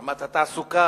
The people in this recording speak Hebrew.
רמת התעסוקה,